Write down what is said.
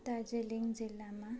दार्जिलिङ जिल्लामा